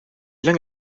lange